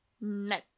No